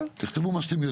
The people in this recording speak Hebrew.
תכתבו מה שאתם יודעים.